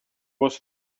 was